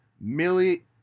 millie